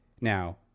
now